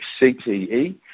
CTE